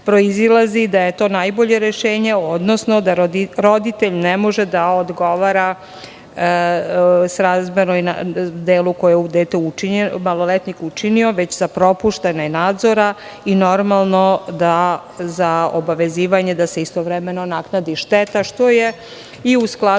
da je to najbolje rešenje, odnosno da roditelj ne može da odgovara srazmerno delu koje je maloletnik učinio, već za propuštanje nadzora uz obavezivanje da se istovremeno naknadi šteta, što je i u skladu